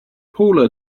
paula